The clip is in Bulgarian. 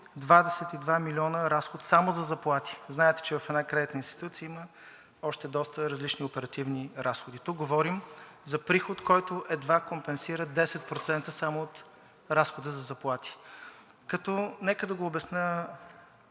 22 млн. лв. разход само за заплати. Знаете, че в една кредитна институция има още доста различни оперативни разходи. Тук говорим за приход, който едва компенсира 10% само от разхода за заплати. Нека да го обясня